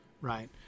right